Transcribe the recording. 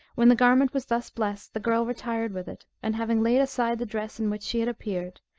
when the garment was thus blessed, the girl retired with it and having laid aside the dress in which she had appeared,